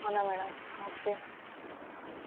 అవునా madam okay